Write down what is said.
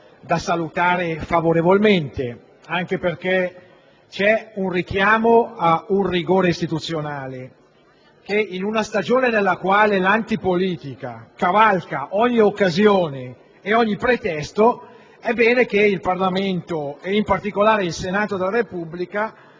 da salutare favorevolmente anche perché in essi vi è un richiamo ad un rigore istituzionale. In una stagione nella quale l'antipolitica cavalca ogni occasione e ogni pretesto, è bene che il Parlamento e, in particolare, il Senato della Repubblica,